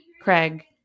Craig